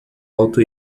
alto